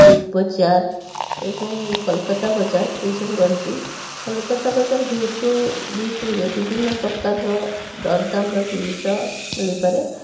big Bazaar ଏବଂ କୋଲକାତା ବଜାର ଏହି ସବୁ ରହିଛି କୋଲକାତା ବଜାର ଭି ଟୁ ଭି ଟୁରେ ବିଭିନ୍ନ ପ୍ରକାରର ଦରଦାମ୍ର ଜିନିଷ ମିଳିପାରେ